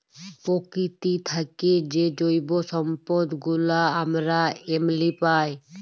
পকিতি থ্যাইকে যে জৈব সম্পদ গুলা আমরা এমলি পায়